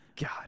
God